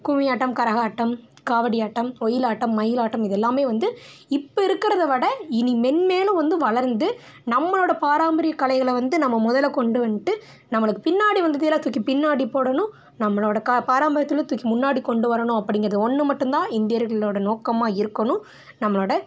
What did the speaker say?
கும்மியாட்டம் கரகாட்டம் காவடியாட்டம் ஒயிலாட்டம் மயிலாட்டம் இது எல்லாமே வந்து இப்போ இருக்கிறத விட இனி மென்மேலும் வந்து வளர்ந்து நம்மளோட பாரம்பரிய கலைகளை வந்து நம்ம முதலில் கொண்டு வந்துட்டு நம்மளுக்கு பின்னாடி வந்ததையெல்லாம் தூக்கி பின்னாடி போடணும் நம்மளோடய க பாரம்பரியத்தலாம் தூக்கி முன்னாடி கொண்டு வரணும் அப்படிங்கிறது ஒன்று மட்டுந்தான் இந்தியர்களோடய நோக்கமாக இருக்கணும் நம்மளோட